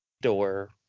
Door